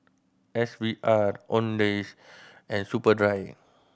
S V R Owndays and Superdry